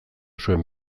zuen